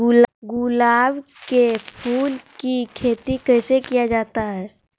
गुलाब के फूल की खेत कैसे किया जाता है?